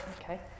okay